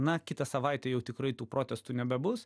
na kitą savaitę jau tikrai tų protestų nebebus